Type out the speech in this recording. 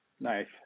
Nice